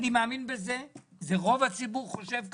אני מאמין בזה, רוב הציבור חושב ככה,